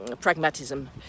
pragmatism